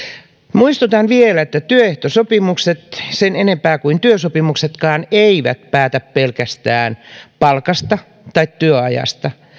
muistutan vielä että työehtosopimukset sen enempää kuin työsopimuksetkaan eivät päätä pelkästään palkasta tai työajasta